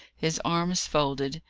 his arms folded,